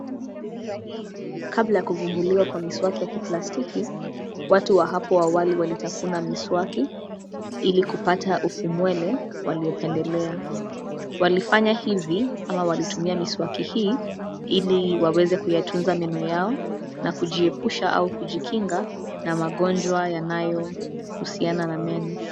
Kabla ya kuvumbuliwa kwa miswaki ya kiplastiki, watu wa hapo awali walitafuna miswaki ili kupata usobole waliopendelea. Walifanya hivi ama walitumia miswaki hii ili waweze kuyatunza meno yao na kujiepusha au kujikinga na magonjwa yanayo husiana na meno.